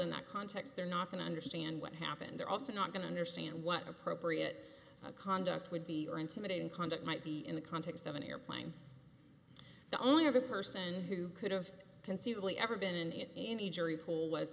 in that context they're not going to understand what happened they're also not going to understand what appropriate conduct would be or intimidating conduct might be in the context of an airplane the only other person who could have conceivably ever been in any jury pool was